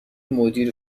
مدیر